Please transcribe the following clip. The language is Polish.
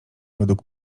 według